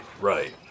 right